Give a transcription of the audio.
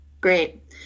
Great